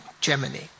Germany